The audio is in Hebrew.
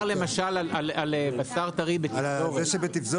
למשל על בשר טרי בתפזורת.